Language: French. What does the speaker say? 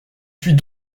suis